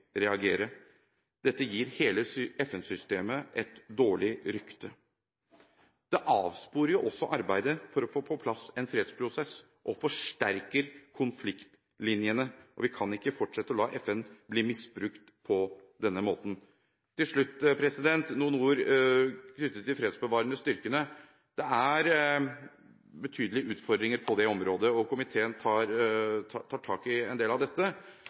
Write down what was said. reagere. Dette gir hele FN-systemet et dårlig rykte, og det avsporer også arbeidet med å få på plass en fredsprosess og forsterker konfliktlinjene. Vi kan ikke fortsette å la FN bli misbrukt på denne måten. Til slutt har jeg noen ord knyttet til de fredsbevarende styrkene: Det er betydelige utfordringer på det området, og komiteen tar tak i en del av dette.